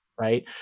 Right